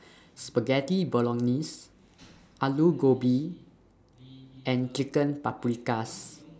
Spaghetti Bolognese Alu Gobi and Chicken Paprikas